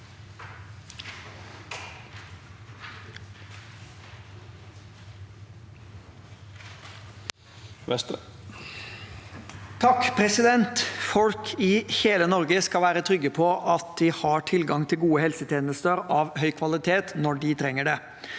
Folk i hele Norge skal være trygge på at de har tilgang til gode helsetjenester av høy kvalitet når de trenger det.